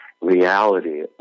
reality